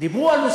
או על גבול